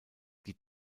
die